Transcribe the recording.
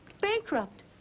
Bankrupt